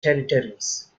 territories